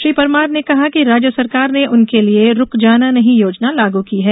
श्री परमार ने कहा कि राज्य सरकार ने उनके लिए रुक जाना नहीं योजना लागू की है